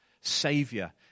Savior